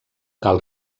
cal